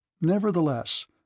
Nevertheless